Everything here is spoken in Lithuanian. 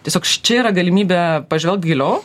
tiesiog čia yra galimybė pažvelgt giliau